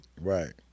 right